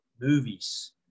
movies